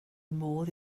modd